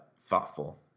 thoughtful